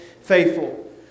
faithful